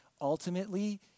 ultimately